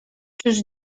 czyż